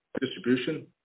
distribution